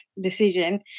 decision